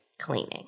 cleaning